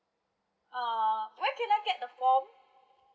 uh where can I get the form